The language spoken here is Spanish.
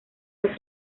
los